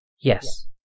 Yes